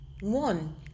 One